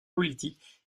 politiques